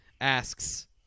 asks